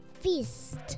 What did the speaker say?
feast